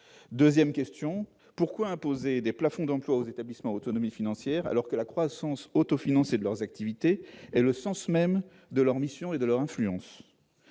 échéance ? Ensuite, pourquoi imposer des plafonds d'emplois aux établissements à autonomie financière, alors que la croissance autofinancée de leurs activités est le sens même de leur mission et de leur influence ?